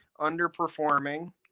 underperforming